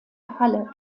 halle